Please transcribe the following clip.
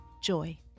joy